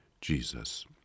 Jesus